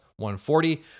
140